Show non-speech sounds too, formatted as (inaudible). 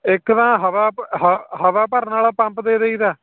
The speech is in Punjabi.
ਇੱਕ ਤਾਂ ਹਵਾ (unintelligible) ਹਵਾ ਭਰਨ ਵਾਲਾ ਪੰਪ ਦੇ ਦਈਦਾ